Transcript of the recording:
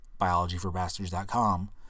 biologyforbastards.com